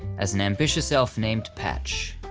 as an ambitious elf named patch.